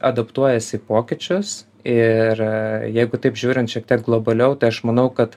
adaptuojasi į pokyčius ir jeigu taip žiūrint šiek tiek globaliau tai aš manau kad